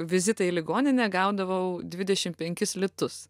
vizitą į ligoninę gaudavau dvidešim penkis litus